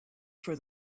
for